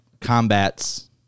combats